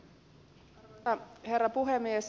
arvoisa herra puhemies